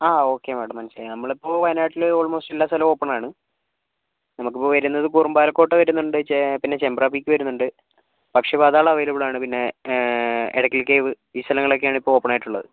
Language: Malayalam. ആ ഓക്കേ മാഡം മനസ്സിലായി നമ്മളിപ്പോൾ വയനാട്ടിലെ ഓൾമോസ്റ്റ് എല്ലാ സ്ഥലവും ഓപ്പൺ ആണ് നമുക്കിപ്പോൾ വരുന്നത് കുറുമ്പാലക്കോട്ട വരുന്നുണ്ട് ചെ പിന്നെ ചെമ്പ്ര പീക്ക് വരുന്നുണ്ട് പക്ഷിപാതാളം അവൈലബിൾ ആണ് പിന്നെ എടയ്ക്കൽ കേവ് ഈ സ്ഥലങ്ങളൊക്കെയാണ് ഇപ്പോൾ ഓപ്പൺ ആയിട്ടുള്ളത്